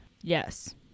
yes